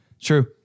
True